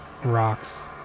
rocks